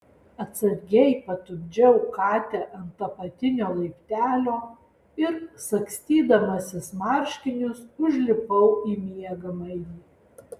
atsargiai patupdžiau katę ant apatinio laiptelio ir sagstydamasis marškinius užlipau į miegamąjį